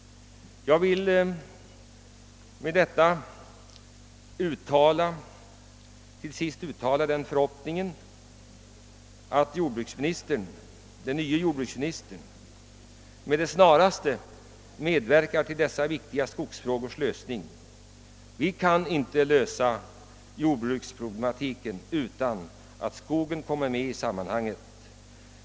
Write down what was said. Jag vill till sist uttala den förhoppningen, att den nye jordbruksministern med det snaraste medverkar till dessa viktiga skogsfrågors lösning. Vi kan inte lösa jordbruksproblematiken utan att ta med skogen i sammanhanget.